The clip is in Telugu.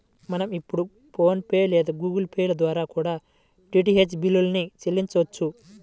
మనం ఇప్పుడు ఫోన్ పే లేదా గుగుల్ పే ల ద్వారా కూడా డీటీహెచ్ బిల్లుల్ని చెల్లించొచ్చు